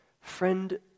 Friend